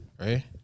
Right